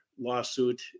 lawsuit